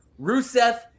Rusev